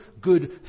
good